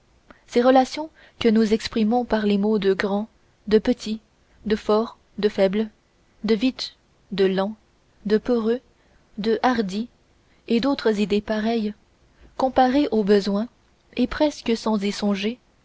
ces relations que nous exprimons par les mots de grand de petit de fort de faible de vite de lent de peureux de hardi et d'autres idées pareilles comparées au besoin et presque sans